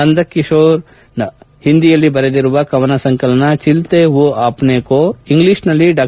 ನಂದಕಿಶೋರ್ ಹಿಂದಿಯಲ್ಲಿ ಬರೆದಿರುವ ಕವನ ಸಂಕಲನ ಚಿಲ್ತೆ ಹೂ ಅಪನೇ ಕೊ ಇಂಗ್ಲಿಷ್ನಲ್ಲಿ ಡಾ